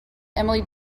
emily